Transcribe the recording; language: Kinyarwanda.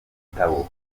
igitabo